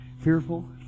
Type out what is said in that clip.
Fearful